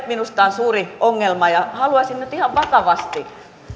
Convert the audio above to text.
minusta on suuri ongelma haluaisin nyt ihan vakavasti